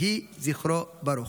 יהי זכרו ברוך.